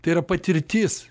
tai yra patirtis